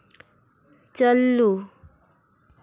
ᱪᱟᱹᱞᱞᱩ